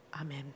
Amen